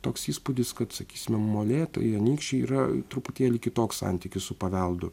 toks įspūdis kad sakysime molėtai anykščiai yra truputėlį kitoks santykis su paveldu